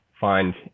find